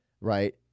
Right